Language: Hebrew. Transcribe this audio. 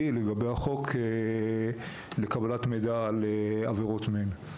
לגבי החוק לקבלת מידע על עבירות מין.